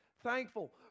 thankful